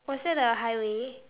was that the highway